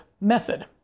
method